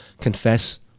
Confess